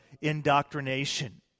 indoctrination